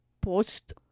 post